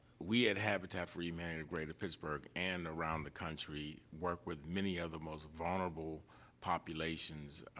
we at habitat for humanity of greater pittsburgh and around the country work with many of the most vulnerable populations,